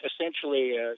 essentially